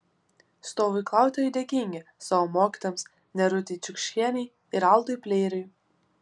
stovyklautojai dėkingi savo mokytojams nerutei čiukšienei ir aldui pleiriui